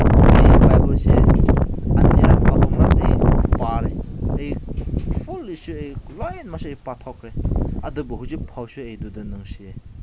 ꯑꯩ ꯕꯥꯏꯕꯜꯁꯦ ꯑꯅꯤꯔꯛ ꯑꯍꯨꯝꯂꯛ ꯑꯩ ꯄꯥꯔꯦ ꯑꯩ ꯐꯨꯜꯂꯤꯁꯨ ꯑꯩ ꯂꯣꯏꯅ ꯃꯁꯦ ꯑꯩ ꯄꯥꯊꯣꯛꯈ꯭ꯔꯦ ꯑꯗꯨꯕꯨ ꯍꯧꯖꯤꯛꯐꯥꯎꯁꯨ ꯑꯩ ꯑꯗꯨꯗ ꯅꯨꯡꯁꯤꯌꯦ